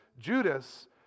Judas